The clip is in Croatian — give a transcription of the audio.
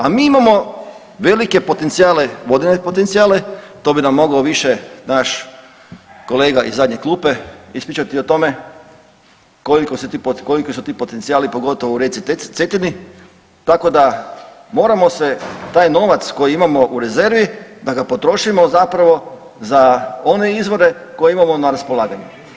A mi imamo velike potencijale, vodene potencijale, to bi nam mogao više naš kolega iz zadnje klupe ispričati o tome koliko se ti potencijali, koliki su ti potencijali pogotovo u rijeci Cetini, tako da moramo se taj novac koji imamo u rezervi da ga potrošimo zapravo za one izvore koje imamo na raspolaganju.